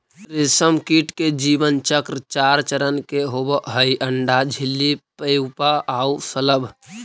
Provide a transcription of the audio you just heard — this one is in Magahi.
रेशमकीट के जीवन चक्र चार चरण के होवऽ हइ, अण्डा, इल्ली, प्यूपा आउ शलभ